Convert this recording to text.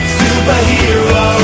superhero